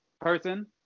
person